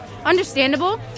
Understandable